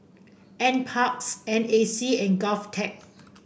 NParks N A C and Govtech